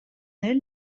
n’est